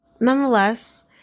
nonetheless